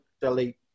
delete